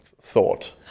thought